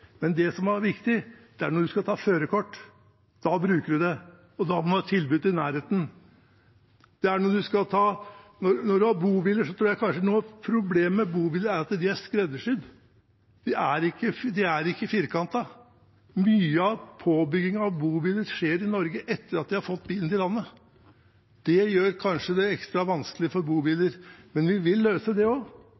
Men det som er viktig, er at når man skal ta førerkort, da bruker man det. Da må det være et tilbud i nærheten. Noe av problemet med bobiler, er at de er skreddersydde. De er ikke firkantede. Mye av påbyggingen av bobiler skjer i Norge etter at man har fått bilen til landet. Det gjør det kanskje ekstra vanskelig